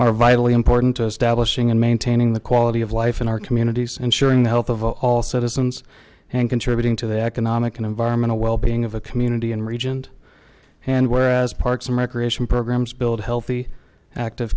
are vitally important to establishing and maintaining the quality of life in our communities ensuring the health of all citizens and contributing to the economic and environmental well being of a community in regent and whereas parks and recreation programs build healthy active